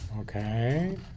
Okay